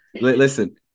listen